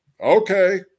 okay